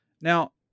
Now